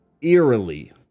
eerily